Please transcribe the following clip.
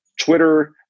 Twitter